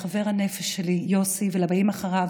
לחבר הנפש שלי יוסי ולבאים אחריו,